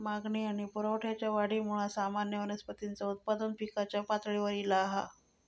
मागणी आणि पुरवठ्याच्या वाढीमुळा सामान्य वनस्पतींचा उत्पादन पिकाच्या पातळीवर ईला हा